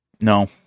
No